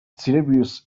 tiberius